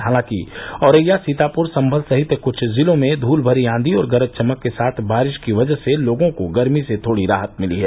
हालांकि औरैया सीतापुर सम्भल सहित कुछ जिलों में धूलभरी आंधी और गरज चमक के साथ बारिश की वजह से लोगों को गर्मी से थोड़ी राहत मिली है